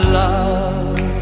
love